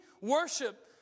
worship